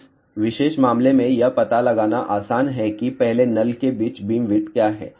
इस विशेष मामले में यह पता लगाना आसान है कि पहले नल के बीच बीमविड्थ क्या है